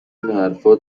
حرفها